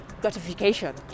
gratification